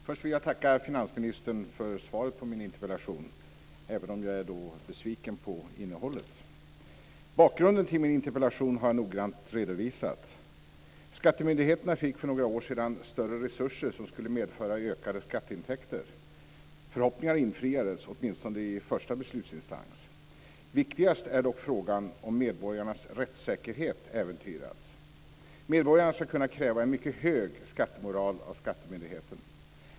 Fru talman! Först vill jag tacka finansministern för svaret på min interpellation, även om jag är besviken på innehållet. Bakgrunden till min interpellation har jag noggrant redovisat. Skattemyndigheterna fick för några år sedan större resurser som skulle medföra ökade skatteintäkter. Förhoppningarna infriades, åtminstone i första beslutsinstans. Viktigast är dock frågan om medborgarnas rättssäkerhet äventyrats. Medborgarna ska kunna kräva en mycket hög skattemoral av skattemyndigheten.